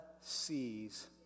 sees